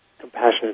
compassionate